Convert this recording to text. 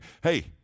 hey